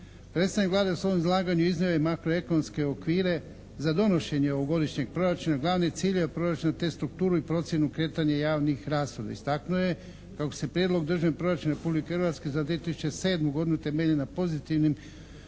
Predstavnik Vlade u svom izlaganju iznio je makro ekonomske okvire za donošenje ovogodišnjeg proračuna, glavne ciljeve proračuna te strukturu i procjenu kretanja javnih raspravi. Istaknuo je kako se Prijedlog državnog proračuna Republike Hrvatske za 2007. godinu temelji na pozitivnim